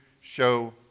show